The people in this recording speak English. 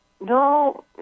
No